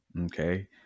okay